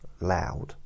Loud